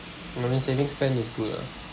but my savings plan is good ah